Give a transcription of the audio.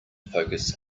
focus